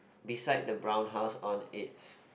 beside the brown house on its